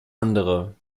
andere